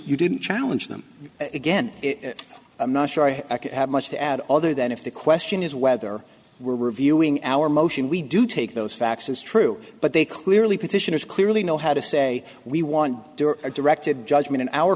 you didn't challenge them again i'm not sure i have much to add other than if the question is whether we're reviewing our motion we do take those facts is true but they clearly petitioners clearly know how to say we want a directed judgment in our